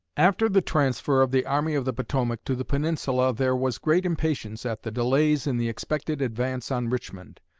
after the transfer of the army of the potomac to the peninsula there was great impatience at the delays in the expected advance on richmond.